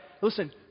Listen